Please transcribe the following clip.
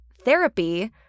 therapy